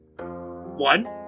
One